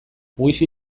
wifi